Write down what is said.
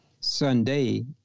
Sunday